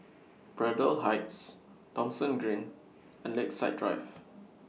Braddell Heights Thomson Green and Lakeside Drive